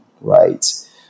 right